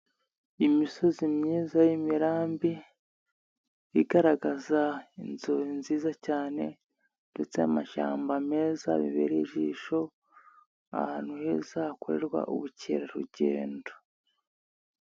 Imisozi myiza y'imirambi igaragaza inzuri nziza cyane ndetse amashyamba meza bibereye ijisho, ahantu heza hakorerwa ubukerarugendo.